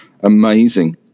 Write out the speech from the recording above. amazing